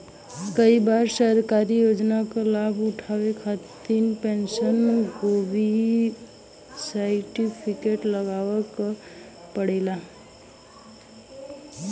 कई बार सरकारी योजना क लाभ उठावे खातिर पेंशन भोगी सर्टिफिकेट लगावे क पड़ेला